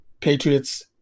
Patriots